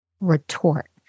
retort